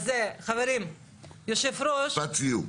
אז חברים --- משפט סיום.